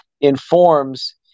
informs